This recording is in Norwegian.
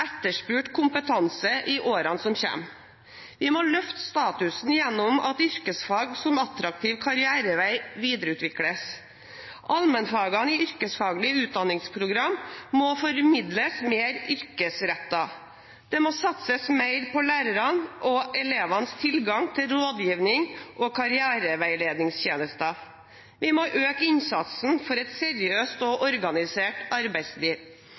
etterspurt kompetanse i årene som kommer. Vi må løfte statusen gjennom at yrkesfag som attraktiv karrierevei videreutvikles. Allmennfagene i yrkesfaglig utdanningsprogram må formidles mer yrkesrettet. Det må satses mer på lærernes og elevenes tilgang til rådgivning og karriereveiledningstjenester. Vi må øke innsatsen for et seriøst og organisert arbeidsliv